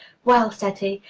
well, said he,